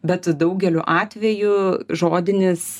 bet daugeliu atvejų žodinis